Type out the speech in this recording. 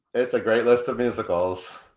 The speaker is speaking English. it's a great list of musicals.